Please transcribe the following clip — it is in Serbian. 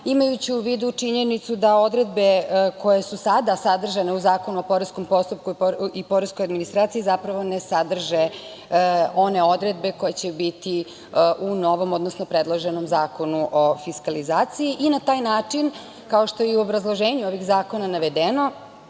imajući u vidu činjenicu da odredbe koje su sada sadržane u Zakonu o poreskom postupku i poreskoj administraciji zapravo ne sadrže one odredbe koje će biti u novom odnosno predloženom Zakonu o fiskalizaciji i na taj način, kao što je i u obrazloženju ovih zakona navedeno,